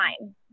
time